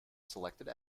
selected